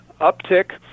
uptick